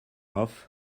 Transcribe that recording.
off